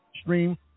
stream